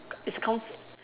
is comf~